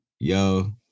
yo